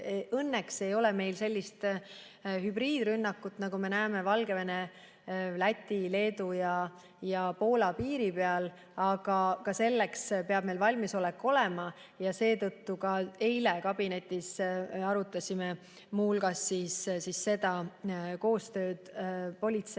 Õnneks ei ole meil olnud sellist hübriidrünnakut, nagu me näeme Valgevene, Läti, Leedu ja Poola piiri peal, aga ka selleks peab meil valmisolek olema. Seetõttu ka eile kabinetis arutasime muu hulgas koostööd Siseministeeriumi